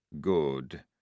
Good